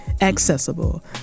accessible